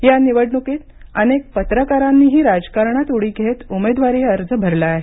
या निवडणुकीत अनेक पत्रकारांनीही राजकारणात उडी घेत उमेदवारी अर्ज भरला आहे